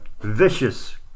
vicious